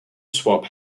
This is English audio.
swap